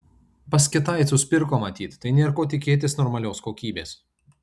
pas kitaicus pirko matyt tai nėr ko tikėtis normalios kokybės